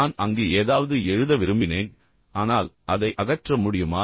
நான் அங்கு ஏதாவது எழுத விரும்பினேன் ஆனால் அதை அகற்ற முடியுமா